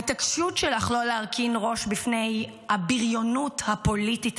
ההתעקשות שלך לא להרכין ראש בפני הבריונות הפוליטית